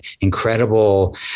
incredible